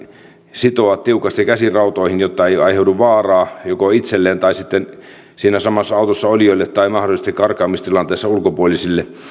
sitoa tiukasti käsirautoihin jotta ei aiheudu vaaraa joko itselle tai sitten siinä samassa autossa olijoille tai mahdollisesti karkaamistilanteessa ulkopuolisille